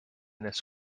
this